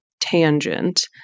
tangent